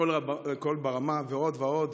קול ברמה, ועוד ועוד.